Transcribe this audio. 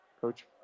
Coach